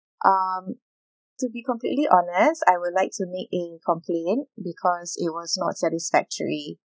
um to be completely honest I would like to make an complaint because it was not satisfactory